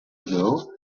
ago